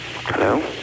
Hello